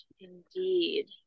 indeed